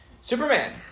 Superman